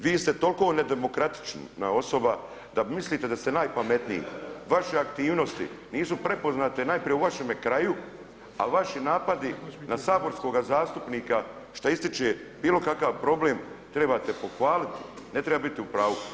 Vi ste toliko nedemokratična osoba da mislite da ste najpametniji, vaše aktivnosti nisu prepoznate najprije u vašem kraju, a vaši napadi na saborskoga zastupnika šta ističe bilo kakav problem trebate pohvaliti, ne treba biti u pravu.